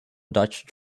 dutch